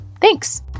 Thanks